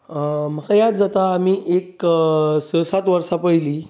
म्हाका याद जाता आमी एक स सात वर्सां पयलीं